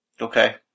Okay